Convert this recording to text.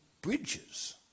bridges